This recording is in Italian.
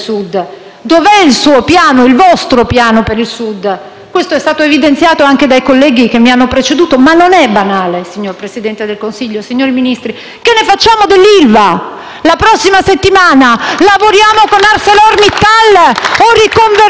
Dov'è il suo piano, il vostro piano per il Sud? Questo è stato evidenziato anche dai colleghi che mi hanno preceduta, ma non è banale, signor Presidente del Consiglio, signori Ministri. Che ne facciamo dell'ILVA? La prossima settimana lavoriamo con ArcelorMittal o riconvertiamo l'ILVA